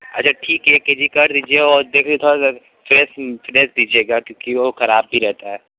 अच्छा ठीक है एक के जी कर दीजिए और देख लीजिए थोड़ा सा फ्रेश फ्रेश दीजिएगा क्योंकि वो खराब भी रहता है